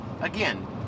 Again